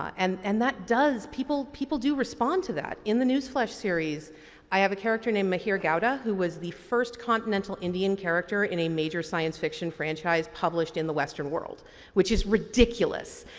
and and that does, people people do respond to that. in the newsflesh series i have a character name mahir gowda who was the first continental indian character in a major science fiction franchise published in the western word which is ridiculous.